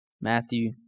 Matthew